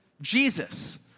Jesus